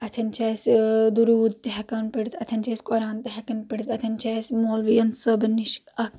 اتٮ۪ن چھِ اسہِ دُرود تہِ ہیٚکان پٔرِتھ اتٮ۪ن چھِ أسۍ قران تہِ ہیٚکان پٔرِتھ اتٮ۪ن چھِ أس مولوی ین صٲبن نِش اکھ